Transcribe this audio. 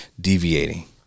deviating